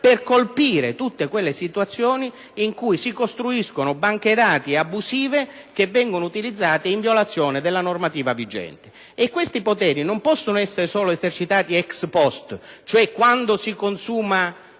per colpire tutte quelle situazioni in cui si costruiscono banche dati abusive, che vengono utilizzate in violazione della normativa vigente. Questi poteri non possono essere esercitati solo *ex post*, cioè una volta